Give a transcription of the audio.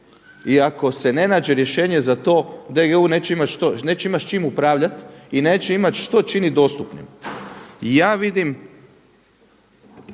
I ako se ne nađe rješenje za to DGU neće imati što, neće imati s čim upravljati i neće imati što činit dostupnim. I ja vidim